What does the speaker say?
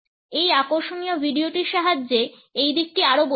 এই আকর্ষণীয় ভিডিওটির সাহায্যে এই দিকটি আরও বোঝা যাবে